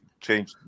change